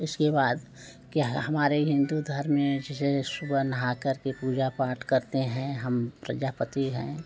इसके बाद क्या हमारे हिन्दू धर्म में जैसे सुबह नहाकर के पूजा पाठ करते हैं हम प्रजापति हैं